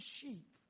sheep